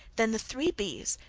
than the three bees,